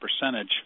percentage